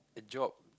job